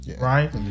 right